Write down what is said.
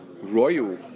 royal